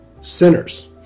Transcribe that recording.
sinners